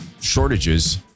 shortages